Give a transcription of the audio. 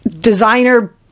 designer